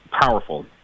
powerful